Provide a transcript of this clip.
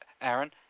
Aaron